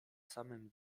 samym